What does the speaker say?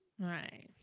Right